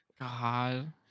God